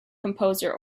composer